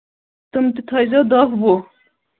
تٔمۍ تہِ تھٲیزیو دَہ وُہ